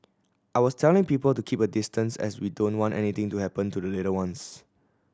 I was telling people to keep a distance as we don't want anything to happen to the little ones